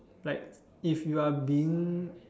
like if you are being